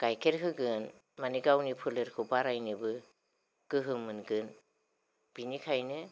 गाइखेर होगोन माने गावनि फोलेरखौ बारायनोबो गोहो मोनगोन बेनिखायनो